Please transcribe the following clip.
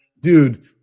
Dude